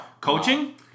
coaching